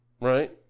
right